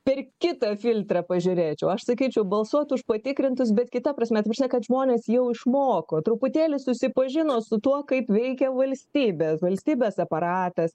per kitą filtrą pažiūrėčiau aš sakyčiau balsuot už patikrintus bet kita prasme ta prasme kad žmonės jau išmoko truputėlį susipažino su tuo kaip veikia valstybė valstybės aparatas